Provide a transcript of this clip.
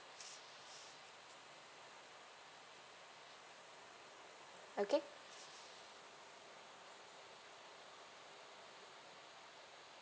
okay